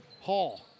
Hall